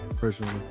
personally